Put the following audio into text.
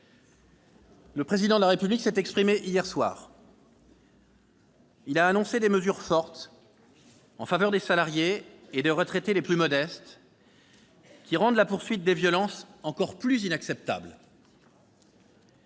Le Président de la République s'est exprimé hier soir. Il a annoncé des mesures fortes en faveur des salariés et des retraités les plus modestes, qui rendent la poursuite des violences encore plus inacceptable.